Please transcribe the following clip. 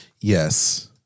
Yes